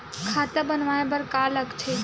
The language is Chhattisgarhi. खाता बनवाय बर का का लगथे?